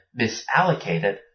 misallocated